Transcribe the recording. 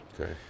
Okay